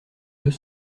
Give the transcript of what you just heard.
deux